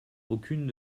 aucune